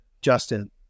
Justin